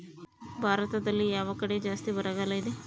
ಭಾರತದಲ್ಲಿ ಯಾವ ಕಡೆ ಜಾಸ್ತಿ ಬರಗಾಲ ಇದೆ?